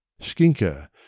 Skinker